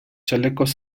chalecos